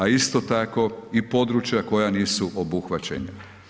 A isto tako i područja koja nisu obuhvaćena.